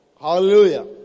hallelujah